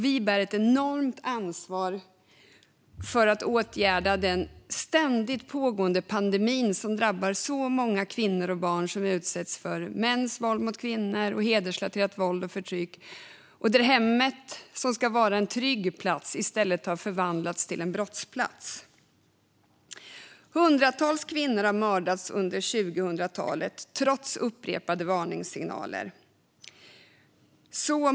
Vi bär ett enormt ansvar för att åtgärda den ständigt pågående pandemi som drabbar många kvinnor och barn som utsätts för mäns våld mot kvinnor och hedersrelaterat våld och förtryck. Hemmet som ska vara en trygg plats har i stället förvandlats till en brottsplats. Hundratals kvinnor har mördats under 2000-talet, trots upprepade varningssignaler.